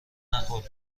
نخور